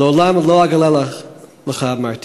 'לעולם לא אגלה לך', אמרתי,